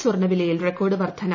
സ്വർണവിലയിൽ record വർദ്ധന